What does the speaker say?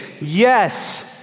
Yes